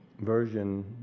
version